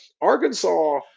Arkansas